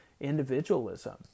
individualism